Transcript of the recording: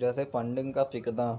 جیسے فنڈنگ کا فقدان